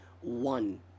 one